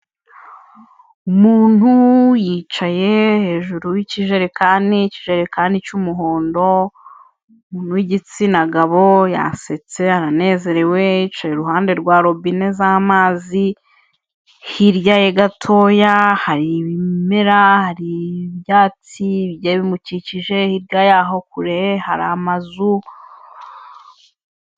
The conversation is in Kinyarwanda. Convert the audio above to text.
Umuntu yicaye hejuru y'ikijerekani, ikijerekani cy'umuhondo, umuntu w'igitsina gabo, yasetse, aranezerewe, yicaye iruhande rwa robine z'amazi, hirya ye gatoya hari ibimera, hari ibyatsi bigiye bimukikije, hirya y'aho kure hari amazu.